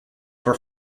were